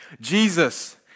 Jesus